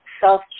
self